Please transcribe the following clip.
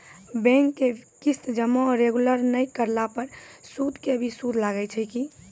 Bank के किस्त जमा रेगुलर नै करला पर सुद के भी सुद लागै छै कि?